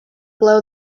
blow